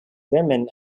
women